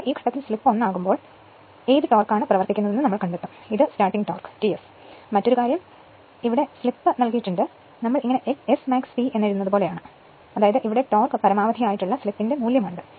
ഈ ഘട്ടത്തിൽ സ്ലിപ്പ് 1 ആകുമ്പോൾ ഏത് ടോർക്ക് ആണ് എന്ന് നമ്മൾ കണ്ടെത്തും ഇത് സ്റ്റാർട്ടിംഗ് ടോർക്ക് TS ആണ് മറ്റൊരു കാര്യം ഇതാണ് ഇതാണ് ഈ സ്ലിപ്പ് ഇത് യഥാർത്ഥത്തിൽ നൽകിയിരിക്കുന്നു നമ്മൾ ഇങ്ങനെ Smax T എന്ന് എഴുതുന്നത് പോലെയാണ് ഞാൻ ഉദ്ദേശിച്ചത് ഇവിടെ ടോർക്ക് പരമാവധി ആയ സ്ലിപ്പിന്റെ മൂല്യമാണിത്